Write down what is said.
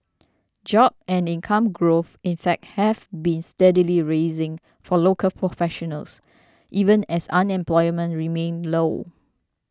job and income growth in fact have been steadily rising for local professionals even as unemployment remained low